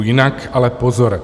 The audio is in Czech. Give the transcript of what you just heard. Jinak ale pozor.